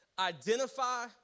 identify